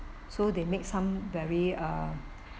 so they make some very uh